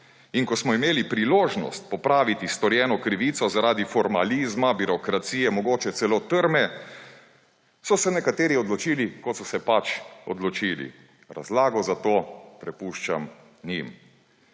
In ko smo imeli priložnost popraviti storjeno krivico zaradi formalizma, birokracije, mogoče celo trme, so se nekateri odločili, kot so se pač odločili, razlago za to prepuščam njim.